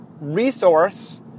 resource